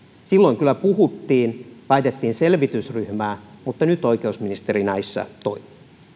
silloin kyllä puhuttiin laitettiin selvitysryhmää mutta nyt oikeusministeri näissä toimii